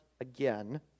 again